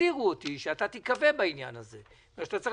הזהירו אותי שאני אכווה בעניין הזה בגלל שאני צריך